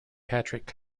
patrick